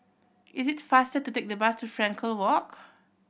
it is faster to take the bus to Frankel Walk